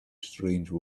strange